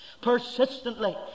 persistently